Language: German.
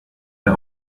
der